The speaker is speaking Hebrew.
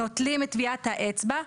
נוטלים את טביעת האצבע.